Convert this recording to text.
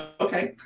Okay